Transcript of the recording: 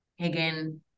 again